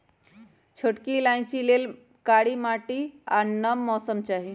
छोटकि इलाइचि लेल कारी माटि आ नम मौसम चाहि